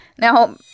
Now